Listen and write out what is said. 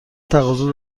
تقاضا